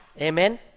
Amen